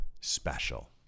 special